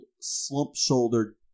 slump-shouldered